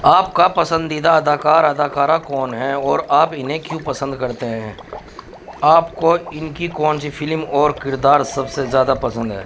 آپ کا پسندیدہ اداکار اداکارہ کون ہے اور آپ انہیں کیوں پسند کرتے ہیں آپ کو ان کی کون سی فلم اور کردار سب سے زیادہ پسند ہے